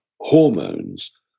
hormones